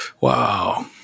Wow